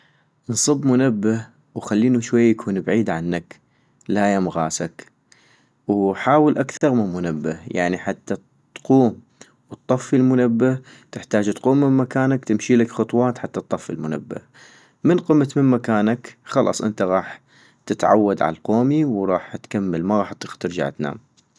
انصب منبه ، وخلينو شوية يكون بعيد عنك ، لا يم غاسك ، وحاول اكثغ من منبه ، يعني حتى اط- اتقوم واطفي المنبه تحتاج تقوم من مكانك وتمشيلك خطوات حتى اطفي المنبه - من قمت من مكانك خلص انت غاح تتعود عالقومي ورح تكمل ما غاح اطيق ترجع تنام